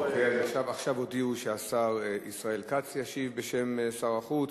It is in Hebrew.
עכשיו הודיעו שהשר ישראל כץ ישיב בשם שר החוץ.